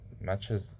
matches